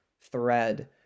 thread